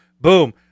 Boom